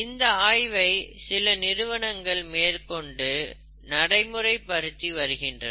இந்த ஆய்வை சில நிறுவனங்கள் மேற்கொண்டு நடைமுறைபடுத்தி வருகின்றனர்